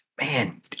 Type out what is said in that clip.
Man